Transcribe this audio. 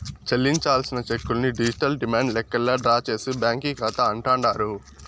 చెల్లించాల్సిన చెక్కుల్ని digital demand లెక్కల్లా డ్రా చేసే బ్యాంకీ కాతా అంటాండారు